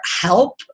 help